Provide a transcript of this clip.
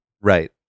Right